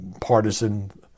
partisan